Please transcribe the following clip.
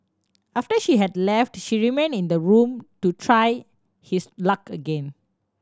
after she had left he remained in the room to try his luck again